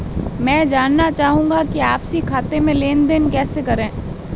मैं जानना चाहूँगा कि आपसी खाते में लेनदेन कैसे करें?